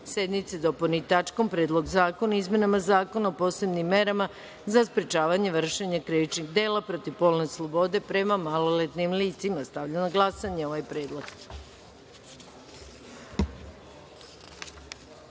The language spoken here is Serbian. sednice dopuni tačkom - Predlog zakona o izmenama Zakona o posebnim merama za sprečavanje vršenja krivičnih dela protiv polne slobode prema maloletnim licima. Stavljam na glasanje ovaj